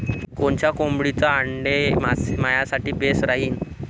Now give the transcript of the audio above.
कोनच्या कोंबडीचं आंडे मायासाठी बेस राहीन?